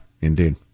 indeed